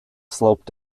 sloped